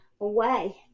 away